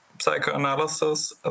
psychoanalysis